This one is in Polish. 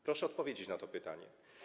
Proszę odpowiedzieć na to pytanie.